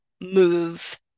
move